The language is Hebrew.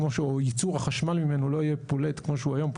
כמו שייצור החשמל ממנו לא יהיה פולט כמו שהוא היום,